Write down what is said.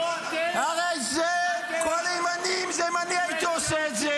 --- הרי אם אני הייתי עושה את זה